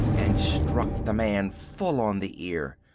and struck the man full on the ear.